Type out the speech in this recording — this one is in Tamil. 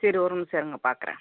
சரி ஒரு நிமிடம் இருங்கள் பாக்கிறேன்